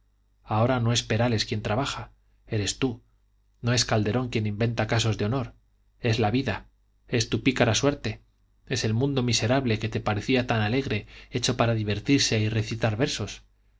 ahora no es perales quien trabaja eres tú no es calderón quien inventa casos de honor es la vida es tu pícara suerte es el mundo miserable que te parecía tan alegre hecho para divertirse y recitar versos